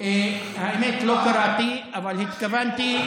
האמת, לא קראתי, אבל התכוונתי,